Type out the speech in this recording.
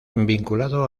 vinculado